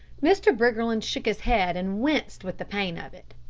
mr. briggerland shook his head and winced with the pain of it.